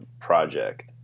project